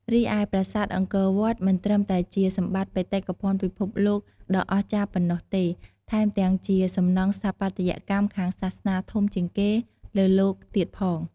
រីឯ ប្រាសាទអង្គរវត្ត មិនត្រឹមតែជាសម្បត្តិបេតិកភណ្ឌពិភពលោកដ៏អស្ចារ្យប៉ុណ្ណោះទេ ថែមទាំងជាសំណង់ស្ថាបត្យកម្មខាងសាសនាធំជាងគេលើលោកទៀតផង។